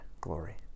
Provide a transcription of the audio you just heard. glory